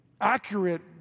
accurate